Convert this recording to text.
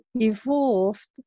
evolved